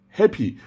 happy